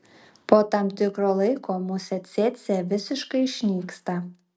po tam tikro laiko musė cėcė visiškai išnyksta